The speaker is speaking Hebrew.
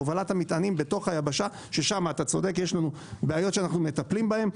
הובלת המטענים בתוך היבשה ששם יש בעיות שאנו מטפלים בהן,